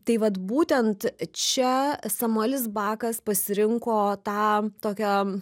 tai vat būtent čia samuelis bakas pasirinko tą tokią